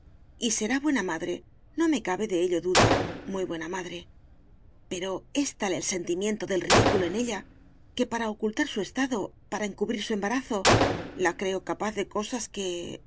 y será buena madre no me cabe de ello duda muy buena madre pero es tal el sentimiento del ridículo en ella que para ocultar su estado para encubrir su embarazo la creo capaz de cosas que